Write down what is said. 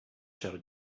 shouted